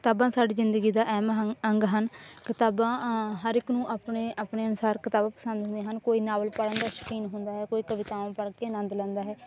ਕਿਤਾਬਾਂ ਸਾਡੀ ਜ਼ਿੰਦਗੀ ਦਾ ਅਹਿਮ ਹੰਗ ਅੰਗ ਹਨ ਕਿਤਾਬਾਂ ਹਰ ਇੱਕ ਨੂੰ ਆਪਣੇ ਆਪਣੇ ਅਨੁਸਾਰ ਕਿਤਾਬ ਪਸੰਦ ਹੁੰਦੀਆਂ ਹਨ ਕੋਈ ਨਾਵਲ ਪੜ੍ਹਨ ਦਾ ਸ਼ੌਕੀਨ ਹੁੰਦਾ ਹੈ ਕੋਈ ਕਵਿਤਾਵਾਂ ਪੜ੍ਹ ਕੇ ਆਨੰਦ ਲੈਂਦਾ ਹੈ